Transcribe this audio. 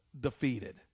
defeated